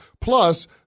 Plus